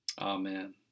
Amen